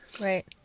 Right